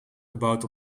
gebouwd